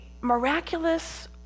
miraculous